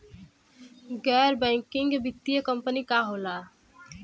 गैर बैकिंग वित्तीय कंपनी का होला?